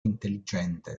intelligente